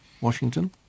Washington